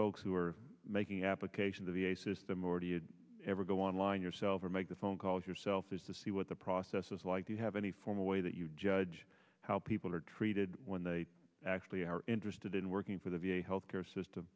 folks who are making application the v a system or do you ever go online yourself or make the phone calls yourself to see what the process was like do you have any formal way that you judge how people are treated when they actually are interested in working for the v a health care system